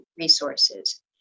resources